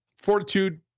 fortitude